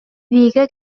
вика